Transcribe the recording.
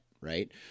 Right